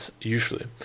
usually